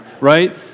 right